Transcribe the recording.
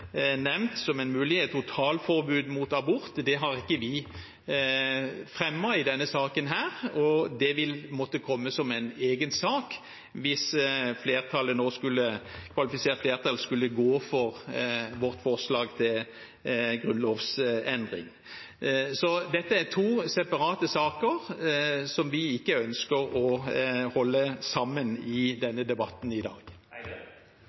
nevnt som en mulighet, et totalforbud mot abort, har ikke vi fremmet i denne saken. Det vil måtte komme som en egen sak, hvis et kvalifisert flertall nå skulle gå for vårt forslag til grunnlovsendring. Dette er to separate saker som vi ikke ønsker å holde sammen i debatten i dag. Jeg finner det